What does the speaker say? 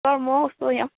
sir म स्वयम्